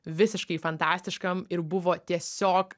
visiškai fantastiškam ir buvo tiesiog